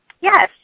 Yes